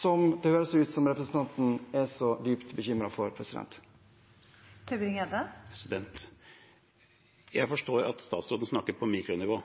som det høres ut som representanten er så dypt bekymret for. Det blir oppfølgingsspørsmål – først Christian Tybring-Gjedde. Jeg forstår at statsråden snakker på mikronivå,